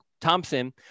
Thompson